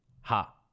ha